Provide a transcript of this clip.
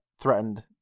threatened